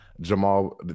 Jamal